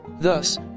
Thus